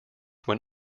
when